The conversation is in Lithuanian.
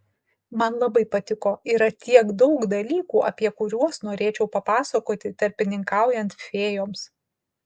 man labai patiko yra tiek daug dalykų apie kuriuos norėčiau papasakoti tarpininkaujant fėjoms